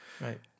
Right